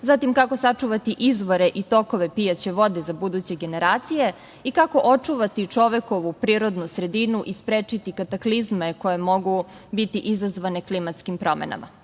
zatim, kako sačuvati izvore i tokove pijaće vode za buduće generacije i kako očuvati čovekovu prirodnu sredinu i sprečiti kataklizme koje mogu biti izazvane klimatskim promenama. Na